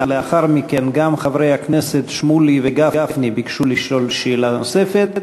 לאחר מכן גם חברי הכנסת שמולי וגפני ביקשו לשאול שאלה נוספת,